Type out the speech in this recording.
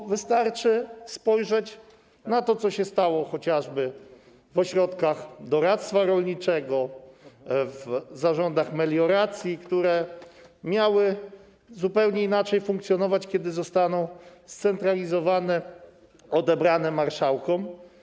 Bo wystarczy spojrzeć na to, co się stało chociażby w ośrodkach doradztwa rolniczego, w zarządach melioracji, które miały zupełnie inaczej funkcjonować, kiedy zostaną scentralizowane, odebrane marszałkom.